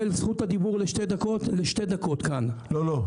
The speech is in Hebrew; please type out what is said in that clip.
קודם כל,